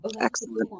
Excellent